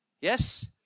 Yes